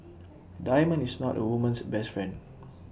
A diamond is not A woman's best friend